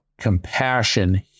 compassion